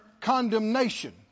condemnation